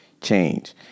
change